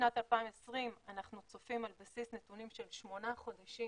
בשנת 2020 אנחנו צופים על בסיס נתונים של שמונה חודשים